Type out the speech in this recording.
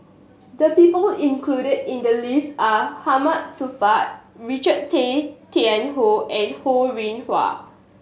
the people included in the list are Hamid Supaat Richard Tay Tian Hoe and Ho Rih Hwa